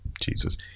Jesus